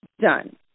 done